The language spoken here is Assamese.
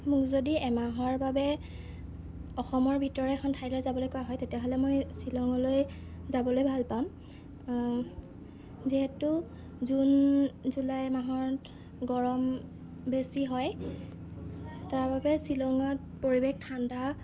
মোক যদি এমাহৰ বাবে অসমৰ ভিতৰৰে এখন ঠাইলৈ যাবলৈ কোৱা হয় তেতিয়াহ'লে মই শ্বিলঙলৈ যাবলৈ ভাল পাম যিহেতু জুন জুলাই মাহত গৰম বেছি হয় তাৰ বাবে শ্বিলঙত পৰিৱেশ ঠাণ্ডা